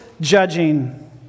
judging